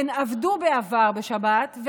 הן עבדו בעבר בשבת,